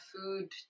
food